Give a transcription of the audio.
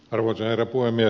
arvoisa herra puhemies